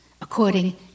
according